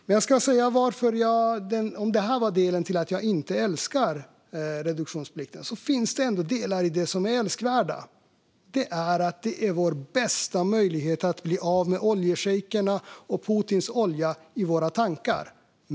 Det här var den del som gör att jag inte älskar reduktionsplikten, men det finns också delar som är värda att älska. Det är att reduktionsplikten är vår bästa möjlighet att bli av med oljeschejkernas och Putins olja i våra tankar.